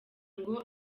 ngo